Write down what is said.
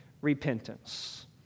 repentance